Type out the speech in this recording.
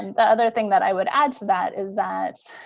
and the other thing that i would add to that is that